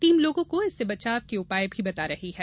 team लोगों को इससे बचाव के उपाय भी बता रही है